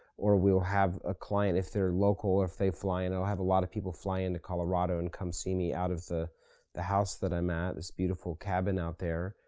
or we'll have a client, if they're local, or if they fly in. i'll have a lot of people fly in to colorado and come see me out of the the house that i'm at, this beautiful cabin out there.